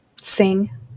sing